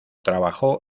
trabajó